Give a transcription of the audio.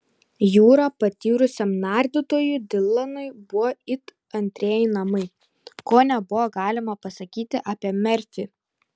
jūra patyrusiam nardytojui dilanui buvo it antrieji namai ko nebuvo galima pasakyti apie merfį